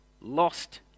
lost